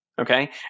Okay